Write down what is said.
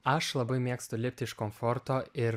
aš labai mėgstu lipti iš komforto ir